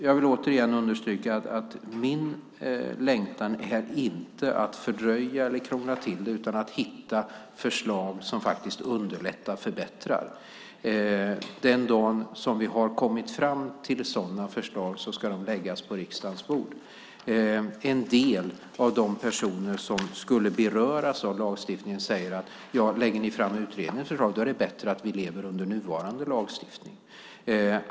Jag vill återigen understryka att min längtan inte är att fördröja eller att krångla till utan att hitta förslag som faktiskt underlättar och förbättrar. Den dag vi har kommit fram till sådana förslag ska de läggas på riksdagens bord. En del av de personer som skulle beröras av lagstiftningen säger: Om ni har tänkt lägga fram utredningens förslag är det bättre att vi lever under nuvarande lagstiftning.